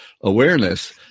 awareness